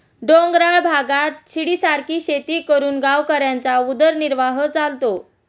डोंगराळ भागात शिडीसारखी शेती करून गावकऱ्यांचा उदरनिर्वाह चालतो